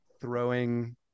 throwing